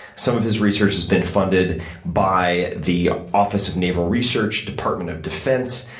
some of his research has been funded by the office of naval research, department of defense,